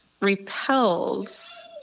repels